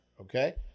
Okay